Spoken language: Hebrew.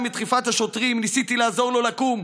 מדחיפות השוטרים ניסיתי לעזור לו לקום,